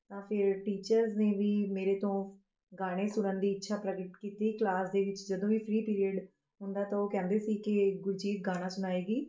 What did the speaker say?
ਤਾਂ ਫਿਰ ਟੀਚਰਜ਼ ਨੇ ਵੀ ਮੇਰੇ ਤੋਂ ਗਾਣੇ ਸੁਣਨ ਦੀ ਇੱਛਾ ਪ੍ਰਗਟ ਕੀਤੀ ਕਲਾਸ ਦੇ ਵਿੱਚ ਜਦੋਂ ਵੀ ਫ਼ਰੀ ਪੀਰੀਅਡ ਹੁੰਦਾ ਤਾਂ ਉਹ ਕਹਿੰਦੇ ਸੀ ਕਿ ਗੁਰਜੀਤ ਗਾਣਾ ਸੁਣਾਏਗੀ